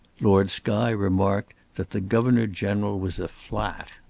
lord skye remarked that the governor-general was a flat.